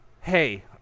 hey